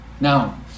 Now